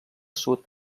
sud